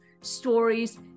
stories